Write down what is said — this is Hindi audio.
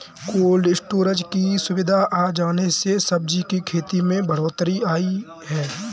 कोल्ड स्टोरज की सुविधा आ जाने से सब्जी की खेती में बढ़ोत्तरी आई है